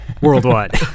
worldwide